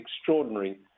extraordinary